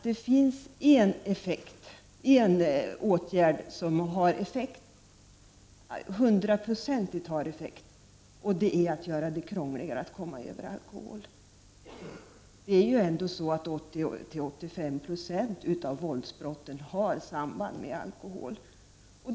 Det finns en åtgärd som har hundraprocentig effekt, och det är att göra det krångligare att komma över alkohol. Det är ju så, att 80-85 20 av våldsbrotten har ett samband med alkoholen.